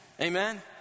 Amen